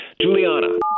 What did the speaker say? Juliana